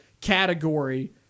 category